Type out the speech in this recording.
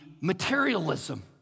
materialism